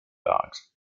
dogs